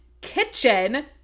kitchen